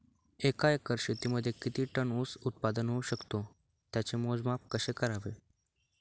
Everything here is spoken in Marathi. एका एकर शेतीमध्ये किती टन ऊस उत्पादन होऊ शकतो? त्याचे मोजमाप कसे करावे?